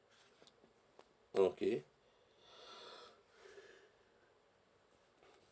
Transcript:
okay